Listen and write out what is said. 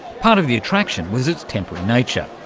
part of the attraction was its temporary nature.